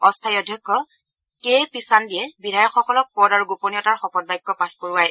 অস্থায়ী অধ্যক্ষ কে পিছানদিয়ে বিধায়কসকলক পদ আৰু গোপনীয়তাৰ শপত বাক্য পাঠ কৰোৱায়